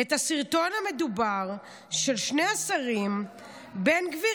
עם הסרטון המדובר של שני השרים בן גביר